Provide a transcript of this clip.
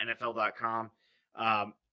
NFL.com